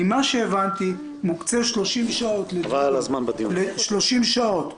ממה שהבנתי, מוקצות 30 שעות לדיון.